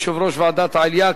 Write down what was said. יושב-ראש ועדת העלייה,